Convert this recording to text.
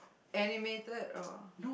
animated or